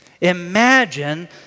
Imagine